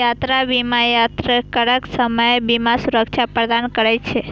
यात्रा बीमा यात्राक समय बीमा सुरक्षा प्रदान करै छै